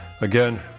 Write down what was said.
Again